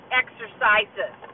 exercises